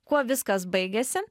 kuo viskas baigėsi